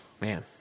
Man